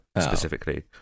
specifically